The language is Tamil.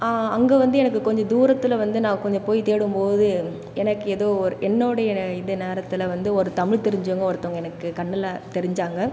அங்கே வந்து எனக்கு கொஞ்சம் தூரத்தில் வந்து நான் கொஞ்சம் போய் தேடும்போது எனக்கு ஏதோ ஒரு என்னோடைய இந்த நேரத்தில் வந்து ஒரு தமிழ் தெரிஞ்சவங்க ஒருத்தவங்கள் எனக்கு கண்ணில் தெரிஞ்சாங்க